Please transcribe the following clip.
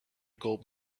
gold